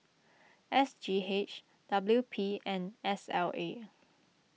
S G H W P and S L A